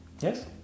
Yes